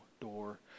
door